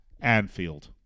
Anfield